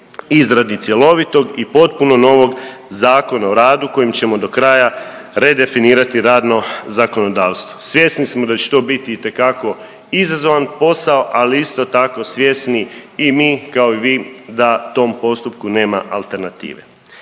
izradi cjelovitog i potpuno novog Zakona o radu kojim ćemo do kraja redefinirati radno zakonodavstvo. Svjesni smo da će to biti itekako izazovan posao, ali isto tako svjesni i mi kao i vi da tom postupku nema alternative.